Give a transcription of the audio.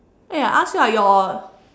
eh I ask you ah your